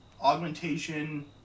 augmentation